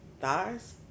Thighs